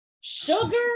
Sugar